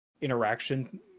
interaction